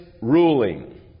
ruling